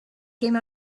came